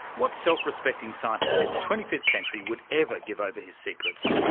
what self-respecting scientist in the twenty fifth century would ever give over his secrets?